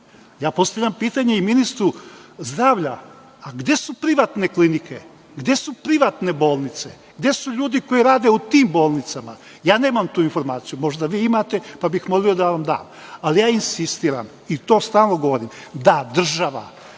Postavljam pitanje i ministru zdravlja – a, gde su privatne klinike, gde su privatne bolnice, gde su ljudi koji rade u tim bolnicama? Ja nemam tu informaciju, možda vi imate, pa bih molio da nam date. Ali, ja insistiram, i to stalno govorim, da država,